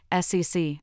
SEC